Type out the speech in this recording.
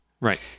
Right